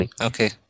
Okay